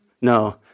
No